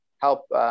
help